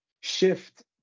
shift